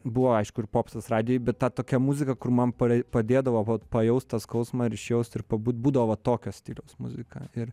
buvo aišku ir popsas radijuj bet tokia muzika kur man padė padėdavote pa pajaust tą skausmą ir išjaust ir pabūt būdavo va tokio stiliaus muzika ir